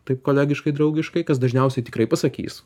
taip kolegiškai draugiškai kas dažniausiai tikrai pasakys